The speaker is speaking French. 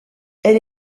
elle